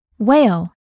Whale